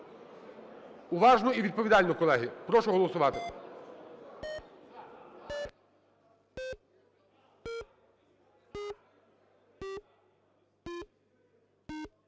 уважно і відповідально, колеги. Прошу голосувати.